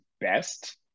best